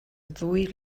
ddwy